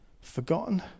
Forgotten